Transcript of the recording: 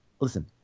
listen